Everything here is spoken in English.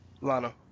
Lana